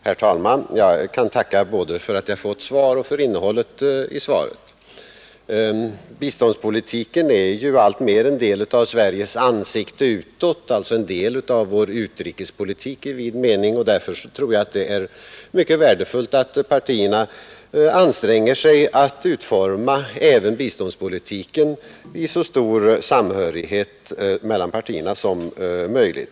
Herr talman! Jag kan tacka både för att jag fått svar och för innehållet i svaret. Biståndspolitiken blir ju alltmer en del av Sveriges ansikte utåt — alltså en del av vår utrikespolitik i vid mening — och därför tror jag det är mycket värdefullt att partierna anstränger sig att utforma även biståndspolitiken i så stor samhörighet mellan partierna som möjligt.